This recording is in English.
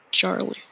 Charlie